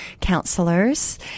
counselors